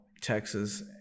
texas